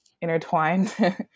intertwined